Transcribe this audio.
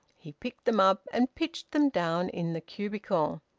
he picked them up and pitched them down in the cubicle.